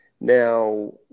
now